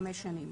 חמש שנים,